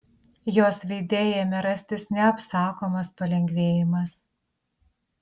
jos veide ėmė rastis neapsakomas palengvėjimas